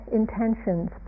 intentions